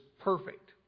perfect